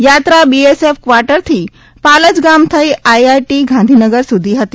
યાત્રા બીએસએફ કવાર્ટરથી પાલજ ગામ થઇ આઇઆઇટી ગાંધીનગર સુધી હતી